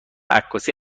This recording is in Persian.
عکاسی